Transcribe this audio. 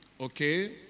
okay